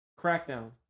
Crackdown